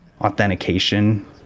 authentication